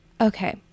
Okay